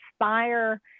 inspire